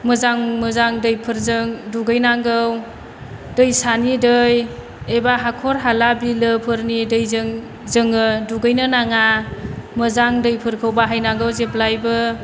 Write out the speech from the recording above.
मोजां मोजां दैफोरजों दुगैनांगौ दैसानि दै एबा हाख'र हाला बिलोफोरनि दैजों जोङो दुगैनो नाङा मोजां दैफोरखौ बाहायनांगौ जेब्लायबो